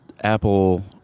apple